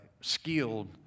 skilled